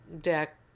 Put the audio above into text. deck